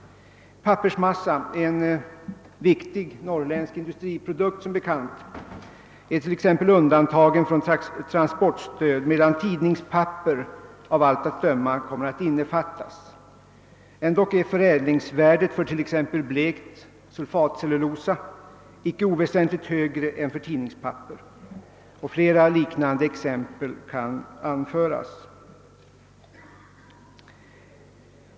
Pappersmassa — som bekant en viktig norrländsk industriprodukt — är t.ex. undantagen från transportstöd, medan tidningspapper tydligen kommer att innefattas. Ändock är förädlingsvärdet för exempelvis blekt sulfatcellulosa icke oväsentligt högre än för tidningspapper. Flera liknande exempel kan anföras.